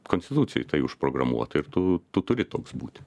konstitucijoj tai užprogramuota ir tu turi toks būti